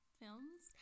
films